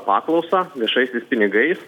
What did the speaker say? paklausą viešaisiais pinigais